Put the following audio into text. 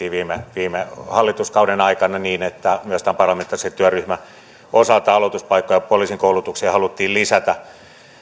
aloituspaikkojen lisääminen käynnistettiin viime hallituskauden aikana niin että myös tämän parlamentaarisen työryhmän osalta aloituspaikkoja poliisikoulutukseen haluttiin lisätä